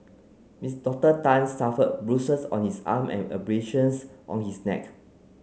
Miss Doctor Tan suffered bruises on his arm and abrasions on his neck